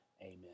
Amen